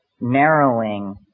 narrowing